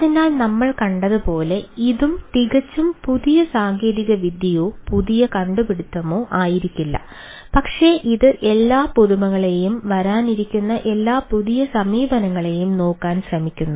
അതിനാൽ നമ്മൾ കണ്ടതുപോലെ ഇത് തികച്ചും പുതിയ സാങ്കേതികവിദ്യയോ പുതിയ കണ്ടുപിടുത്തമോ ആയിരിക്കില്ല പക്ഷേ ഇത് എല്ലാ പുതുമകളെയും വരാനിരിക്കുന്ന എല്ലാ പുതിയ സമീപനങ്ങളെയും നോക്കാൻ ശ്രമിക്കുന്നു